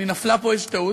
נפלה פה איזו טעות.